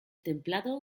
templado